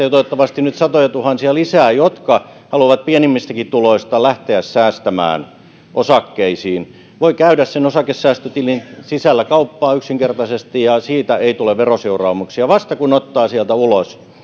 ja toivottavasti nyt satojatuhansia lisää jotka haluavat pienemmistäkin tuloista lähteä säästämään osakkeisiin voi yksinkertaisesti käydä sen osakesäästötilin sisällä kauppaa ja siitä ei tule veroseuraamuksia vasta kun ottaa sieltä ulos